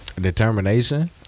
determination